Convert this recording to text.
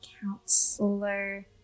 counselor